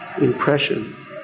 impression